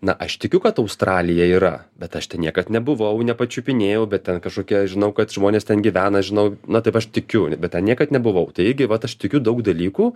na aš tikiu kad australija yra bet aš ten niekad nebuvau nepačiupinėjau bet ten kažkokia žinau kad žmonės ten gyvena žinau na taip aš tikiu bet niekad nebuvau taigi irgi vat aš tikiu daug dalykų